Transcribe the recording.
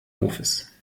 hofes